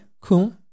cool